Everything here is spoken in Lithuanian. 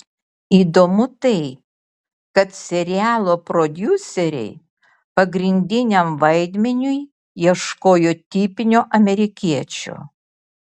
įdomu tai kad serialo prodiuseriai pagrindiniam vaidmeniui ieškojo tipinio amerikiečio